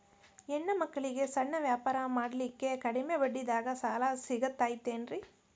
ಹೆಣ್ಣ ಮಕ್ಕಳಿಗೆ ಸಣ್ಣ ವ್ಯಾಪಾರ ಮಾಡ್ಲಿಕ್ಕೆ ಕಡಿಮಿ ಬಡ್ಡಿದಾಗ ಸಾಲ ಸಿಗತೈತೇನ್ರಿ?